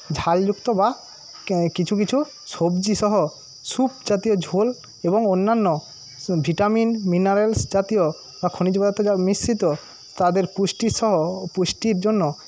ঝালযুক্ত বা ক কিছু কিছু সবজি সহ স্যুপ জাতীয় ঝোল এবং অন্যান্য ভিটামিন মিনারেলস জাতীয় বা খনিজ পদার্থ জা মিশ্রিত তাদের পুষ্টি সহ পুষ্টির জন্য